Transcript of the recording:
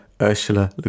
Ursula